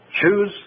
Choose